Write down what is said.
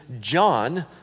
John